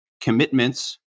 commitments